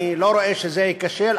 אני לא רואה שזה ייכשל,